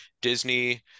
disney